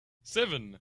seven